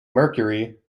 mercury